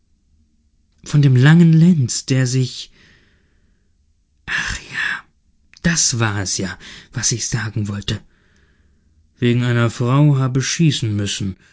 von dem langen lenz der sich ach ja das war es ja was ich sagen wollte wegen einer frau habe schießen müssen